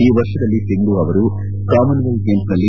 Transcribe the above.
ಈ ವರ್ಷದಲ್ಲಿ ಸಿಂಧು ಅವರು ಕಾಮನ್ ವೆಲ್ತ್ ಗೇಮ್ಸ್ನಲ್ಲಿ